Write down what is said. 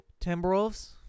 Timberwolves